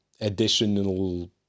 additional